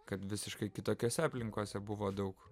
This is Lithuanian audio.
kad visiškai kitokiose aplinkose buvo daug